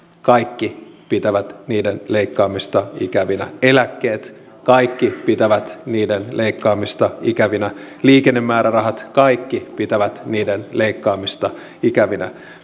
kaikki pitävät niiden leikkaamista ikävänä eläkkeet kaikki pitävät niiden leikkaamista ikävänä liikennemäärärahat kaikki pitävät niiden leikkaamista ikävänä